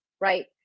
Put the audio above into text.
right